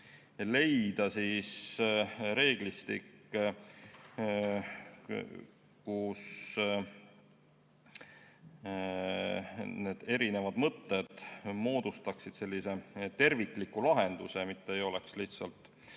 leida reeglistik, mille korral need erinevad mõtted moodustaksid sellise tervikliku lahenduse, mitte ei oleks lihtsalt